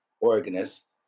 organist